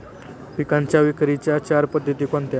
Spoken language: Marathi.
पिकांच्या विक्रीच्या चार पद्धती कोणत्या?